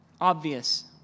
obvious